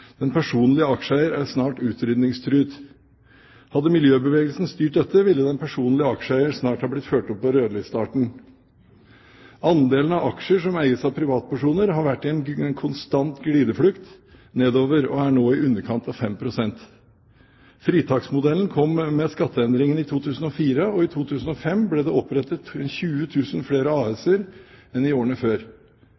Den personlige aksjeeier er snart utrydningstruet. Hadde miljøbevegelsen styrt dette, ville den personlige aksjeeier snart ha blitt ført opp som en rødlisteart. Andelen av aksjer som eies av privatpersoner, har vært i en konstant glideflukt nedover og er nå i underkant av 5 pst. Fritaksmodellen kom med skatteendringene i 2004, og i 2005 ble det opprettet 20 000 flere AS-er enn